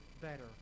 better